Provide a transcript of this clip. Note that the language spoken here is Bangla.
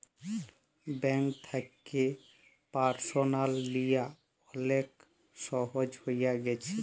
ব্যাংক থ্যাকে পারসলাল লিয়া অলেক ছহজ হঁয়ে গ্যাছে